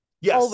Yes